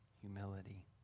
humility